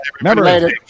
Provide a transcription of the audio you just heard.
Remember